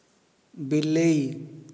ବିଲେଇ